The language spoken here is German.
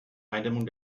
eindämmung